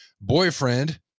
boyfriend